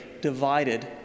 divided